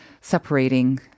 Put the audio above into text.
separating